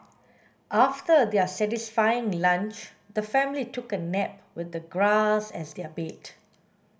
after their satisfying lunch the family took a nap with the grass as their bed